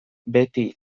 beti